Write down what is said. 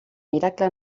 miracle